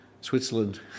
Switzerland